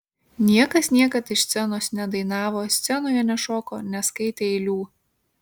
niekas niekad iš scenos nedainavo scenoje nešoko neskaitė eilių